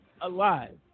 alive